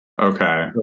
Okay